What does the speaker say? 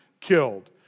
killed